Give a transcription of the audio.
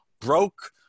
broke